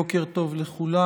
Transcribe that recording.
בוקר טוב לכולם.